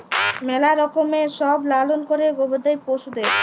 ম্যালা রকমের সব লালল ক্যরে গবাদি পশুদের